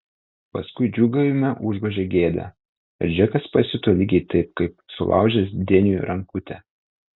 paskui džiūgavimą užgožė gėda ir džekas pasijuto lygiai taip kaip sulaužęs deniui rankutę